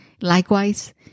Likewise